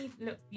look